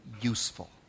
useful